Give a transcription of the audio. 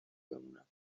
بمونم